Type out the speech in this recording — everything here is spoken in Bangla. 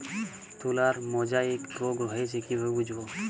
তুলার মোজাইক রোগ হয়েছে কিভাবে বুঝবো?